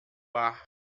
bar